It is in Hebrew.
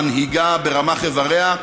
מנהיגה ברמ"ח אבריה,